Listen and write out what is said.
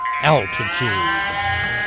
altitude